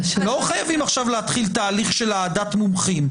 לא חייבים עכשיו להתחיל תהליך של העדת מומחים.